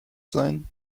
sein